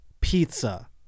pizza